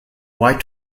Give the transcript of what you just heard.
white